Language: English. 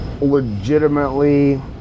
legitimately